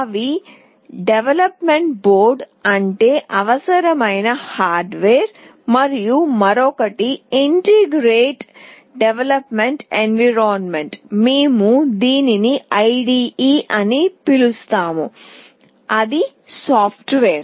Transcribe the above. ఒకటి development board అంటే అవసరమైన హార్డ్వేర్ మరియు మరొకటి ఇంటిగ్రేటెడ్ డెవలప్మెంట్ ఎన్విరాన్మెంట్ మేము దీనిని IDE అని పిలుస్తాము అది సాఫ్ట్వేర్